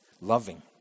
loving